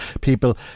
people